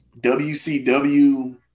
WCW